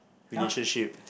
relationship